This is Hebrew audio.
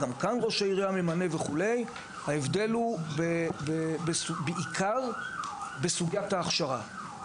גם כאן ראש העירייה ממנה וכו'; ההבדל הוא בעיקר בסוגיית ההכשרה.